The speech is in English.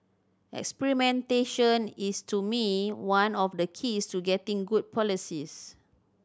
experimentation is to me one of the keys to getting good policies